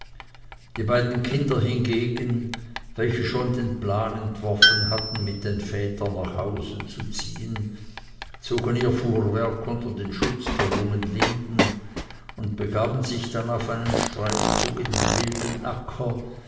die beiden kinder hingegen welche schon den plan entworfen hatten mit den vätern nach hause zu ziehen zogen ihr fuhrwerk unter den schutz der jungen linden und begaben sich dann auf einen streifzug in dem wilden acker